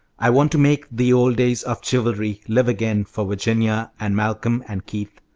i want to make the old days of chivalry live again for virginia and malcolm and keith.